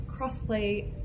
crossplay